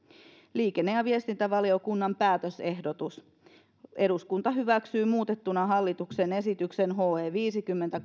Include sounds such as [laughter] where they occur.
liikenne ja viestintävaliokunnan päätösehdotus eduskunta hyväksyy muutettuna hallituksen esitykseen viisikymmentä [unintelligible]